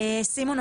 סימון,